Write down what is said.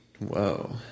Whoa